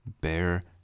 Bear